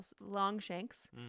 Longshanks